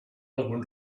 algun